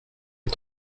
les